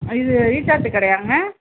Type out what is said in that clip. இது ரீசார்ஜு கடையாங்க